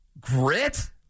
Grit